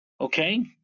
Okay